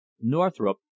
Northrop